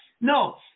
No